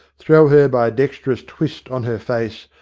throw her by a dexterous twist on her face,